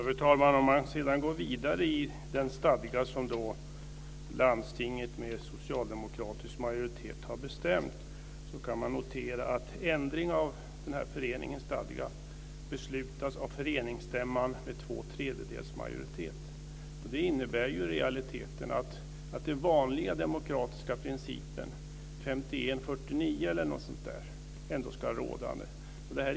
Herr talman! Om man går vidare i den stadga som landstinget med socialdemokratisk majoritet har beslutat om kan man notera att ändring av föreningens stadga beslutas av föreningsstämman med två tredjedels majoritet. I realiteten innebär det att den vanliga demokratiska principen, 51-49, ska vara rådande.